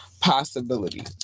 possibility